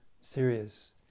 serious